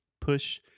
push